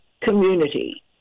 community